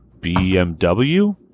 BMW